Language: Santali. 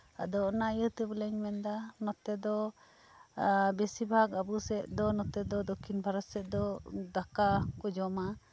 ᱫᱚ ᱱᱚᱣᱟ ᱤᱭᱟᱹᱛᱮ ᱵᱚᱞᱮᱧ ᱢᱮᱱᱫᱟ ᱱᱚᱛᱮ ᱫᱚ ᱵᱮᱥᱤᱨ ᱵᱷᱟᱜ ᱟᱵᱚ ᱥᱮᱜ ᱫᱚ ᱫᱚᱠᱠᱷᱤᱱ ᱵᱷᱟᱨᱚᱛ ᱥᱮᱫ ᱫᱚ ᱫᱟᱠᱟ ᱠᱚ ᱡᱚᱢᱟ